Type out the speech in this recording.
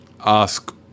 ask